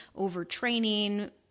overtraining